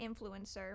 influencer